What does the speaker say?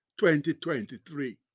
2023